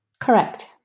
Correct